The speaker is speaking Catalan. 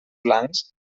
blancs